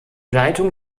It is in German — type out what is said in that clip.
leitung